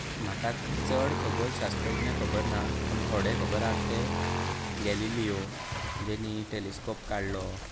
म्हाका चड खगोलशास्त्रज्ञ खबर ना पूण थोडें खबर आसात ते गॅलिलियो जेणी टॅलिस्कोप काडलो